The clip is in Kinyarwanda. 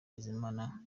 bizimana